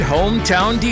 Hometown